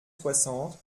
soixante